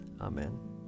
Amen